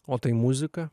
o tai muzika